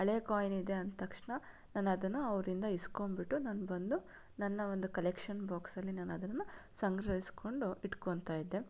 ಹಳೆಯ ಕಾಯಿನ್ ಇದೆ ಅಂತಕ್ಷ್ಣ ನಾನು ಅದನ್ನು ಅವರಿಂದ ಈಸ್ಕೊಂಬಿಟ್ಟು ನಾನು ಬಂದು ನನ್ನ ಒಂದು ಕಲೆಕ್ಷನ್ ಬಾಕ್ಸಲ್ಲಿ ನಾನದನ್ನು ಸಂಗ್ರಹಿಸಿಕೊಂಡು ಇಟ್ಕೊಂತಾ ಇದ್ದೆ